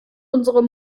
unsere